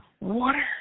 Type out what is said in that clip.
water